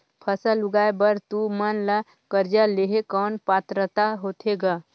फसल उगाय बर तू मन ला कर्जा लेहे कौन पात्रता होथे ग?